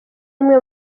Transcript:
rimwe